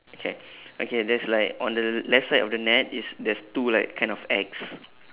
okay okay there's like on the left side of the net is there's two like kind of X